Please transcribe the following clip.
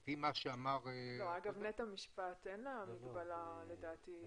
לדעתי בבית המשפט אין מגבלה.